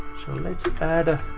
so let's add,